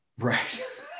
Right